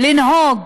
לנהוג,